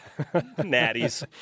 natties